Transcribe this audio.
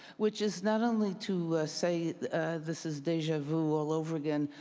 which is not only to say this is deja vu all over again